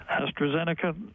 AstraZeneca